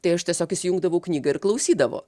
tai aš tiesiog įsijungdavau knygą ir klausydavo